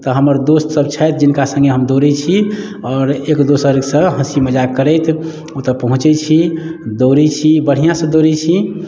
तऽ हमर दोस्त सभ छथि जिनका सँगे हम दौड़ै छी आओर एक दोसर सऽ हँसी मजाक करैत ओतौ पहुँचै छी दौड़ै छी बढ़िऑं से दौड़ै छी